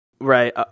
right